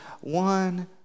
one